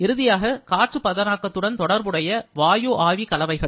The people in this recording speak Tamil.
இறுதியாக காற்றுப் பதனாக்கத்தோடு தொடர்புடைய வாயு ஆவி கலவைகள்